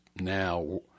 now